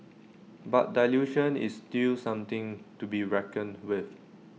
but dilution is still something to be reckoned with